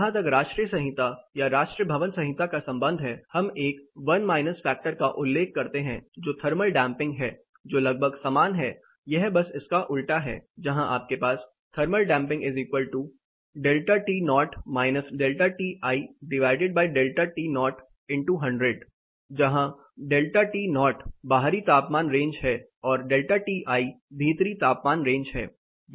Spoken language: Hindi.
जहां तक राष्ट्रीय संहिता या राष्ट्रीय भवन संहिता का संबंध है हम एक 1 माइनस फैक्टर का उल्लेख करते हैं जो थर्मल डैंपिंग है जो लगभग समान है यह बस इसका उल्टा है जहां आपके पास Thermal Damping∆To ∆Ti∆To×100 जहां ΔTo बाहरी तापमान रेंज है और ΔTi भीतरी तापमान रेंज है